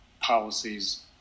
policies